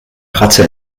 ratte